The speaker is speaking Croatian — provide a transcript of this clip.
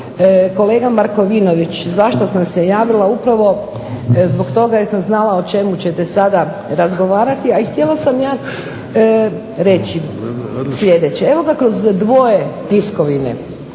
kolega Markovinović zašto sam se javila upravo zbog toga jer sam znala o čemu ćete sada razgovarati, a i htjela sam reći sljedeće. Evo kroz dvoje tiskovine